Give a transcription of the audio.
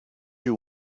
you